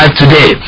today